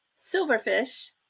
silverfish